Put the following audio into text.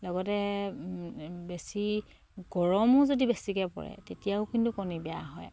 লগতে বেছি গৰমো যদি বেছিকে পৰে তেতিয়াও কিন্তু কণী বেয়া হয়